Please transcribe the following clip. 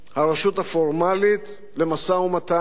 הרשות הפורמלית למשא-ומתן,